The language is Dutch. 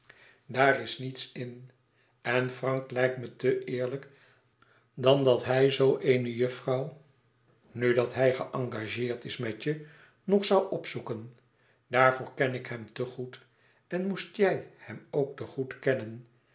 daar is niets in en frank lijkt me te eerlijk dan dat hij zoo eene juffrouw nu dat hij geëngageerd met je is nog zoû opzoeken daarvoor ken ik hem te goed en moest jij hem ook te goed kennen